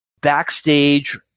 backstage